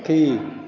पखी